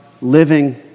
living